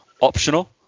optional